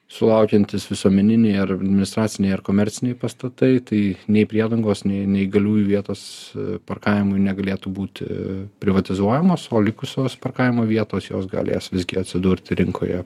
sulaukiantys visuomeniniai ar administraciniai ar komerciniai pastatai tai nei priedangos nei neįgaliųjų vietos parkavimui negalėtų būti privatizuojamos o likusios parkavimo vietos jos galės visgi atsidurti rinkoje